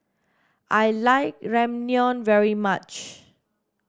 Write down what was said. I like Ramyeon very much